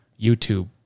YouTube